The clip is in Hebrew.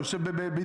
הוא יושב בבידוד?